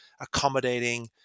accommodating